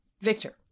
victor